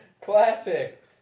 Classic